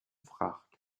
fracht